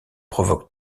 provoquent